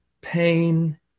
pain